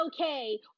okay